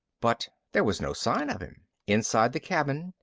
but there was no sign of him. inside the cabin,